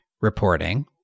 reporting